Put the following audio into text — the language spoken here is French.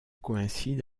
coïncide